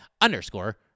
underscore